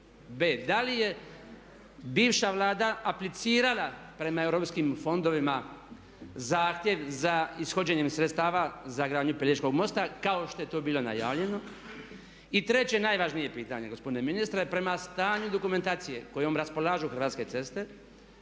B) da li je bivša Vlada aplicirala prema europskim fondovima zahtjev za ishođenjem sredstava za gradnju Pelješkog mosta kao što je to bilo najavljeno. I treće, najvažnije pitanje, gospodine ministre, prema stanju dokumentacije kojom raspolažu Hrvatske ceste,